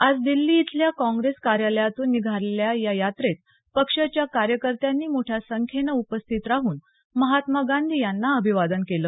आज दिछ्ली इथल्या काँग्रेस कार्यालयातून निघालेल्या या यात्रेत पक्षाच्या कार्यकर्त्यांनी मोठ्या संख्येनं उपस्थित राहून महात्मा गांधी यांना अभिवादन केलं